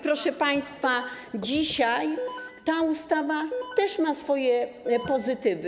Proszę państwa, dzisiaj ta ustawa też ma swoje pozytywy.